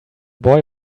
boy